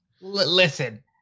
Listen